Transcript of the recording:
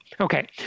Okay